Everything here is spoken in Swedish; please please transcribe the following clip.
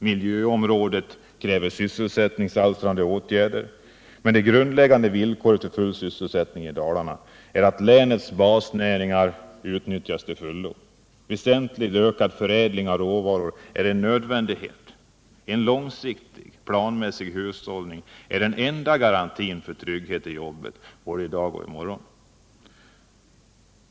Miljöområdet kräver sysselsättningsalstrande åtgärder. Men det grundläggande villkoret för full sysselsättning i Dalarna är att länets basnäringar utnyttjas till fullo. Väsentligt ökad förädling av råvaror är en nödvändighet. En långsiktig, planmässig hushållning är den enda garantin för trygghet i jobbet — både i dag och i morgon.